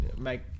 make